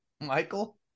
Michael